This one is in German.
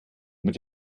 mit